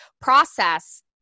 process